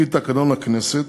לפי תקנון הכנסת